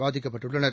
பாதிக்கப்பட்டுள்ளனர்